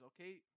okay